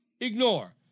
ignore